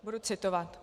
Budu citovat: